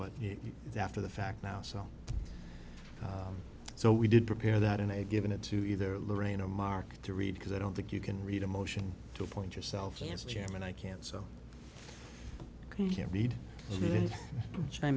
but after the fact now so so we did prepare that in a given it to either lorraine a mark to read because i don't think you can read a motion to appoint yourself as chairman i can't so you can't read i